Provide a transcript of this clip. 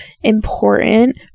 important